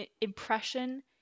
impression